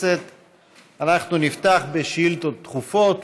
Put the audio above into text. נפתח בשאילתות דחופות.